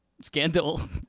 scandal